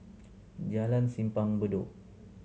Jalan Simpang Bedok